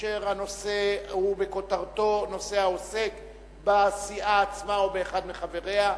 אשר הנושא בכותרתו עוסק בסיעה עצמה ובאחד מחבריה,